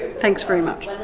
thanks very much.